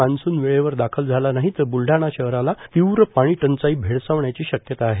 monsoon वेळेवर दाखल झाला नाही तर ब्लडाणाशहराला तीव्र पाणीटंचाई भेडसावण्याची शक्यता आहे